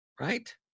right